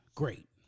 Great